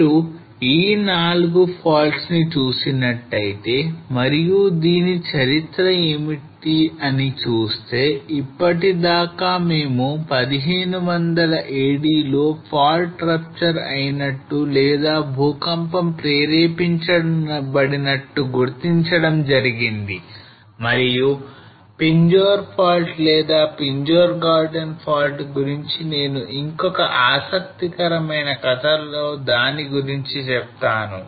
మీరు ఈ 4 faults ని చూసినట్టయితే మరియు దీని చరిత్ర ఏమిటి అని చూస్తే ఇప్పటిదాకా మేము 1500 AD లో fault rupture అయినట్టు లేదా భూకంపం ప్రేరేపించబడిన నట్లు గుర్తించడం జరిగింది మరియు pinjore fault లేదా pinjore garden fault గురించి నేను ఇంకొక ఆసక్తికరమైన కథలో దాని గురించి చెప్తాను